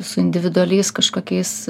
su individualiais kažkokiais